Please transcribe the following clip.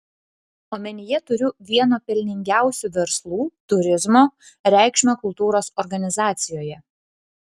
omenyje turiu vieno pelningiausių verslų turizmo reikšmę kultūros organizacijoje